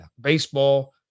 baseball